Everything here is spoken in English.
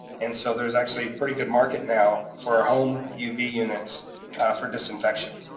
and so there's actually a pretty good market now for ah home uv units for disinfection.